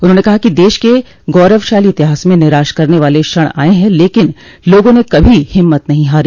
उन्होंने कहा कि देश के गौरवशाली इतिहास में निराश करने वाले क्षण आए हैं लेकिन लोगों ने कभी हिम्मत नहीं हारी